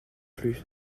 plus